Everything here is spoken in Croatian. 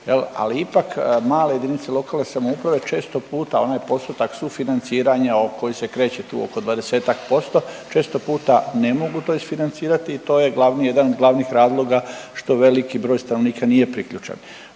al ipak male jedinice lokalne samouprave često puta onaj postotak sufinanciranja koji se kreće tu oko 20%-ak posto često puta ne mogu to isfinancirati i to je glavni jedan od glavnih razloga što veliki broj stanovnika nije priključen.